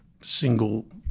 single